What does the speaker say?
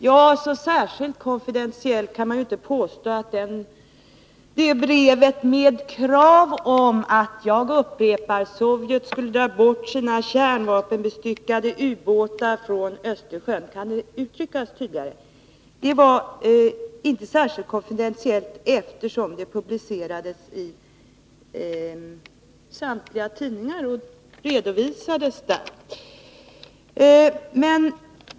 Detta brev med, jag upprepar, krav på att Sovjet skall dra bort sina kärnvapenbestyckade ubåtar från Östersjön — kan det uttryckas tydligare? — var väl inte särskilt konfidentiellt, eftersom det publicerades i samtliga tidningar.